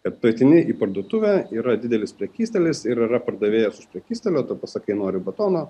kad tu ateini į parduotuvę yra didelis prekystalis ir yra pardavėjas už prekystalio tu pasakai nori batono